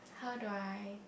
how do I